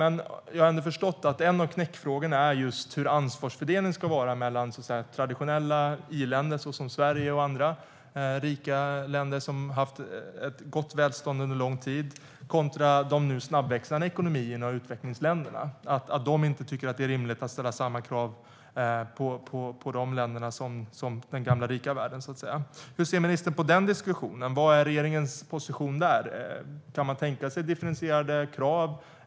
Men jag har ändå förstått att en av knäckfrågorna är hur ansvarsfördelningen ska se ut mellan å ena sidan traditionella i-länder, såsom Sverige och andra rika länder som haft ett gott välstånd under lång tid, och å andra sidan de nu snabbväxande ekonomierna och utvecklingsländerna, som inte tycker att det är rimligt att ställa samma krav på deras länder som på den gamla rika världen. Hur ser ministern på den diskussionen? Vilken är regeringens position där? Kan man tänka sig differentierade krav?